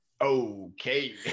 Okay